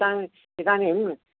इतान् इदानीं